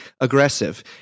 aggressive